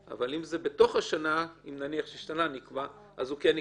אבל אם זה בתוך השנה, אם נקבע שנה, הוא כן יקבל?